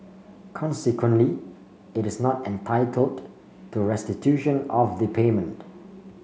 consequently it is not entitled to restitution of the payment